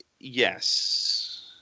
Yes